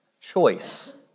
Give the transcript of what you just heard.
choice